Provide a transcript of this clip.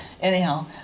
Anyhow